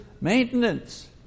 maintenance